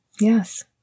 Yes